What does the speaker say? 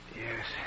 Yes